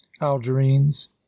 algerines